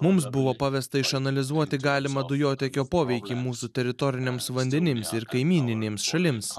mums buvo pavesta išanalizuoti galimą dujotiekio poveikį mūsų teritoriniams vandenims ir kaimyninėms šalims